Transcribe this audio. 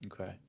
okay